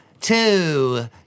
two